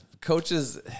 Coaches